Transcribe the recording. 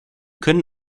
können